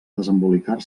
desembolicar